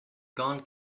gone